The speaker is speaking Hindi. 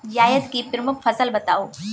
जायद की प्रमुख फसल बताओ